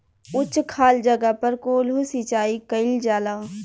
उच्च खाल जगह पर कोल्हू सिचाई कइल जाला